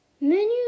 Menu